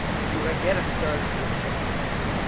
you get it started with john locke.